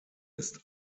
ist